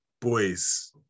boys